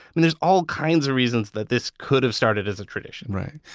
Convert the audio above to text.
but there's all kinds of reasons that this could have started as a tradition right.